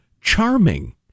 charming